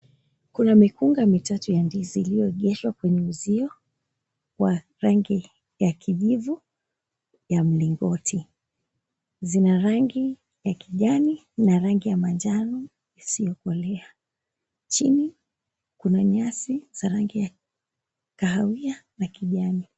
Kuna mikunga mitatu ya ndizi iliyoegeshwa kwenye uzio wa rangi ya kijivu ya mlingoti. Zina rangi ya kijani na rangi ya manjano isiokolea. Chini kuna nyasi za rangi ya kahawia na kijani.